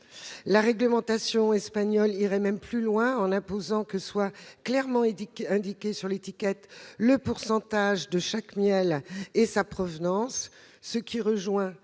La réglementation espagnole irait même plus loin, en imposant que soient clairement indiqués sur l'étiquette le pourcentage de chaque miel et sa provenance- d'ailleurs, j'ai